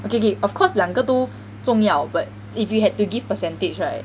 okay okay of course 两个都重要 but if you had to give percentage right